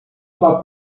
uma